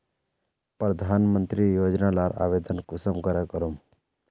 प्रधानमंत्री योजना लार आवेदन कुंसम करे करूम?